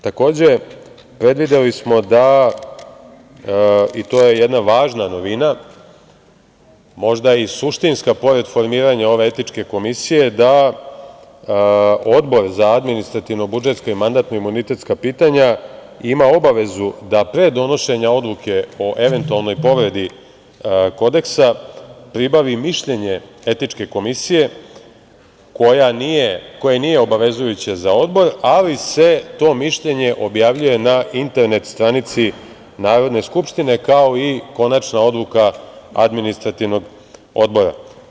Takođe, predvideli smo da, i to je jedna važna novina, možda i suštinska, pored formiranja ove etičke komisije, Odbor za administrativno-budžetska i mandatno-imunitetska pitanja ima obavezu da pre donošenja odluke o eventualnoj, povredi kodeksa pribavi mišljenje etičke komisije koja nije obavezujuća za Odbor, ali se to mišljenje objavljuje na internet stranici Narodne skupštine, kao i konačna odluka Administrativnog odbora.